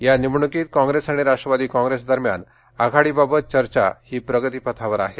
या निवडण्कीत कॉंग्रेस आणि राष्ट्रवादी कॉंग्रेस दरम्यान आघाडीबाबत चर्चा ही प्रगतीपथावर आहे